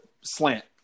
slant